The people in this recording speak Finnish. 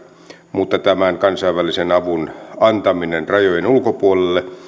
mutta tämän kansainvälisen avun antaminen rajojen ulkopuolelle